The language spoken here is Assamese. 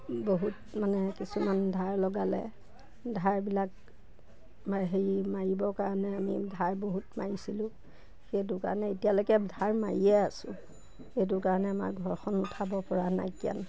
বহুত মানে কিছুমান ধাৰ লগালে ধাৰবিলাক হেৰি মাৰিবৰ কাৰণে আমি ধাৰ বহুত মাৰিছিলোঁ সেইটো কাৰণে এতিয়ালৈকে ধাৰ মাৰিয়ে আছোঁ সেইটো কাৰণে আমাৰ ঘৰখন উঠাব পৰা নাইকিয়া